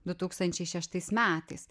du tūkstančiai šeštais metais